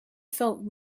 felt